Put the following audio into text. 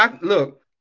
Look